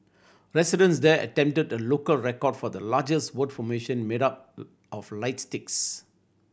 residents there attempted a local record for the largest word formation made up of lights sticks